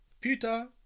Peter